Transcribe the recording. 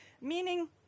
Meaning